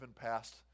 passed